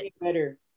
better